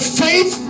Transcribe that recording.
faith